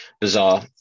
bizarre